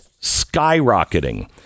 skyrocketing